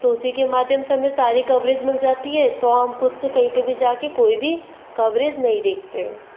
तो उसी के माध्यम से हमें सारी कवरेज मिल जाती है तो हम ख़ुद से कहीं पर भी जाकर कोई भी कवरेज नहीं देखते हैं